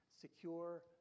secure